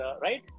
right